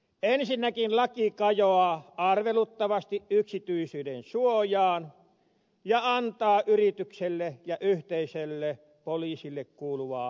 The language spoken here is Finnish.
ensinnäkin laki kajoaa arveluttavasti yksityisyyden suojaan ja antaa yrityksille ja yhteisöille poliisille kuuluvaa toimivaltaa